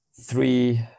three